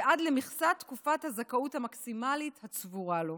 עד למכסת תקופת הזכאות המקסימלית הצבורה לו.